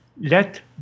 let